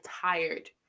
tired